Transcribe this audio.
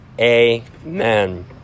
Amen